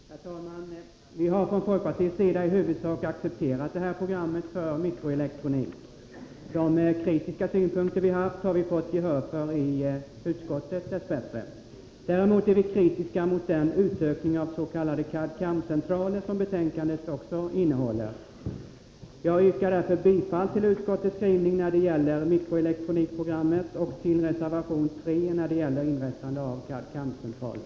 Herr talman! Vi har från folkpartiets sida i huvudsak accepterat detta program för mikroelektronik. De kritiska synpunkter vi haft har vi dess bättre fått gehör för i utskottet. Däremot är vi kritiska mot den utökning av s.k. CAD CAM-centraler.